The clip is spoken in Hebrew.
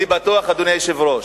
אני בטוח, אדוני היושב-ראש,